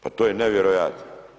Pa to je nevjerojatno.